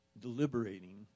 deliberating